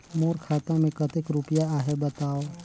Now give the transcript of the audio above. मोर खाता मे कतेक रुपिया आहे बताव?